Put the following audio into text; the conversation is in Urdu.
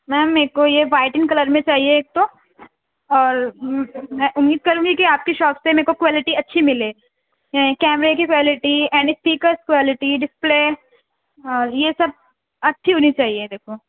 میم میکو یہ وائٹنگ کلر میں چاہیے ایک تو اور میں امید کروں گی کہ آپ کی شاپ پہ میکو کوالٹی اچھی ملے کیمرے کی quality and speakers quality display اور یہ سب اچھی ہونی چاہیے دیکھو